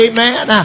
Amen